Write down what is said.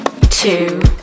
two